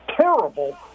terrible